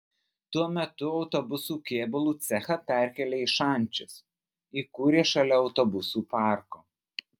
tuo metu autobusų kėbulų cechą perkėlė į šančius įkūrė šalia autobusų parko